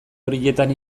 horietan